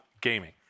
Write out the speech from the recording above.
gaming